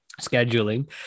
scheduling